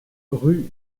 rue